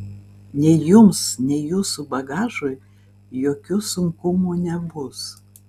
nei jums nei jūsų bagažui jokių sunkumų nebus